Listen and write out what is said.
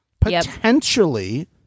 Potentially